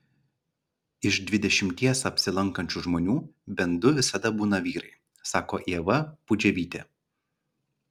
iš dvidešimties apsilankančių žmonių bent du visada būna vyrai sako ieva pudževytė